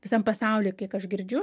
visam pasauly kiek aš girdžiu